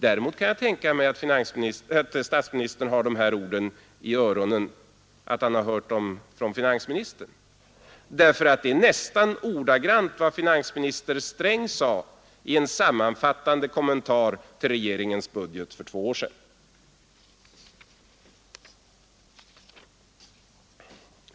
Däremot kan jag tänka mig att statsministern har de här orden i öronen och att han har hört dem från finansministern, därför att det är nästan ordagrant vad finansminister Sträng sade i en sammanfattande kommentar till regeringens budget för två år sedan.